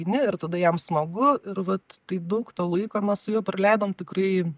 eini ir tada jam smagu ir vat tai daug to laiko mes su juo praleidom tikrai